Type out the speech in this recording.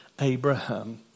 Abraham